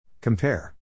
Compare